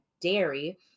Dairy